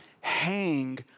hang